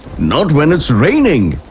not when it's raining!